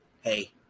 Hey